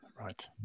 right